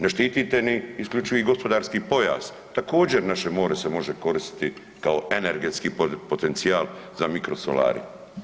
Ne štitite ni isključivi gospodarski pojas, također, naše more se može koristiti kao energetski potencijal za mikrosolare.